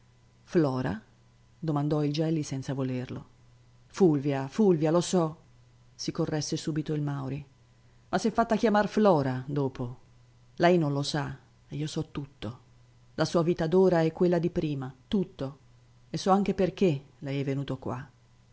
flora domandò il gelli senza volerlo fulvia fulvia lo so si corresse subito il mauri ma s'è fatta chiamar flora dopo lei non lo sa e io so tutto la sua vita d'ora e quella di prima tutto e so anche perché lei è venuto qua